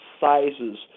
sizes